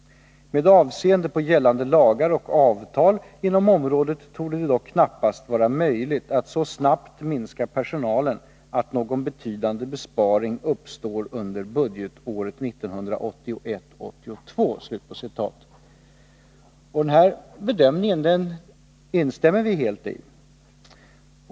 Med avseende på gällande lagar och avtal inom området torde det dock knappast vara möjligt att så snabbt minska personalen att någon betydande besparing uppstår under budgetåret 1981/82.” Vi instämmer helt i denna bedömning.